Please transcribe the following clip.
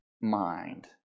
mind